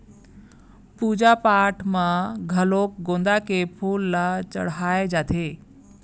पूजा पाठ म घलोक गोंदा के फूल ल चड़हाय जाथे